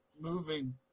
moving